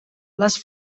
les